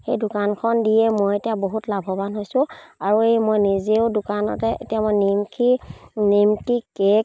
সেই দোকানখন দিয়ে মই এতিয়া বহুত লাভৱান হৈছোঁ আৰু এই মই নিজেও দোকানতে এতিয়া মই নিমকি নিমকি কেক